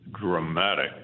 dramatic